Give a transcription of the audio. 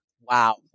wow